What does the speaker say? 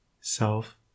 SELF